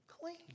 clean